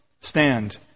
stand